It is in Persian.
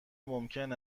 ممکن